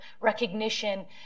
recognition